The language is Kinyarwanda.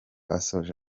asoje